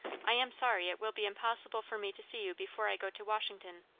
i am sorry it will be impossible for me to see you before i go to washington.